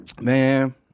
Man